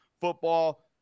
football